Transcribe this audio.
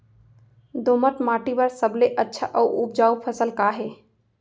दोमट माटी बर सबले अच्छा अऊ उपजाऊ फसल का हे?